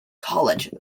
college